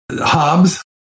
hobbes